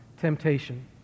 temptation